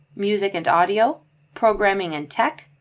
music and audio programming and tech,